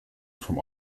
from